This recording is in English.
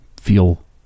feel